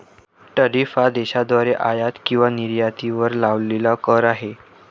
tariff हा देशाद्वारे आयात किंवा निर्यातीवर लावलेला कर आहे